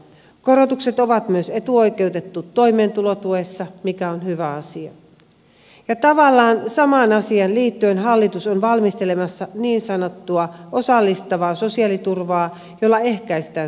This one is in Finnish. korotukset ovat myös etuoikeutettuja toimeentulotuessa mikä on hyvä asia ja tavallaan samaan asiaan liittyen hallitus on valmistelemassa niin sanottua osallistavaa sosiaaliturvaa jolla ehkäistään syrjäytymistä